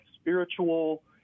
spiritual